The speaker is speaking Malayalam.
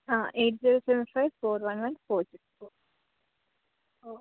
ആ eight zero seven five four one one four six four ഓ